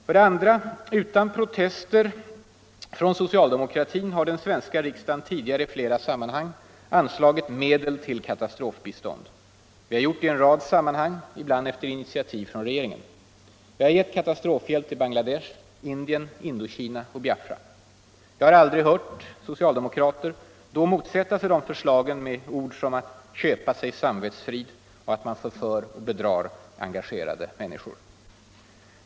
För det andra: utan protester från socialdemokratin har den svenska riksdagen tidigare i flera sammanhang anslagit medel till katastrofbistånd. Vi har gjort det i en rad sammanhang ibland efter initiativ från regeringen. Vi har gett katastrofhjälp till Bangladesh, Indien, Indokina, Biafra. Jag har aldrig hört att socialdemokratiska riksdagsmän då motsatt sig de förslagen med ord som att ”köpa sig samvetsfrid” och att man ”förför och bedrar” engagerade människor.